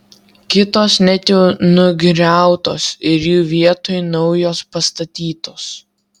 kitos net jau nugriautos ir jų vietoj naujos pastatytos